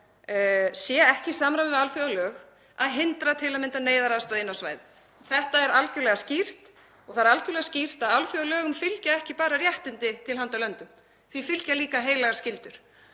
sé ekki í samræmi við alþjóðalög að hindra til að mynda neyðaraðstoð inn á svæðið. Þetta er algjörlega skýrt og það er algerlega skýrt að alþjóðalögum fylgja ekki bara réttindi til handa löndum. Þeim fylgja líka heilagar skyldur.